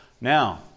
Now